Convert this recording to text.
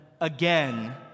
again